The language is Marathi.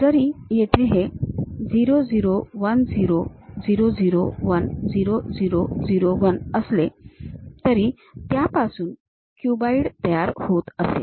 जरी येथे हे 0 0 1 0 0 0 1 0 0 0 1 असले तर त्यापासून कदाचित क्युबाईड तयार होत असेल